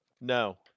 No